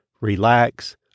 relax